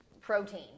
protein